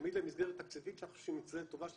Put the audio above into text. שהעמיד להם מסגרת תקציבית שאנחנו חושבים שהיא מסגרת טובה,